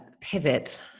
pivot